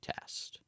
test